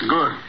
Good